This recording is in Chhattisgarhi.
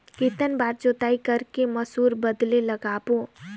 कितन बार जोताई कर के मसूर बदले लगाबो?